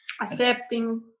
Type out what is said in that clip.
Accepting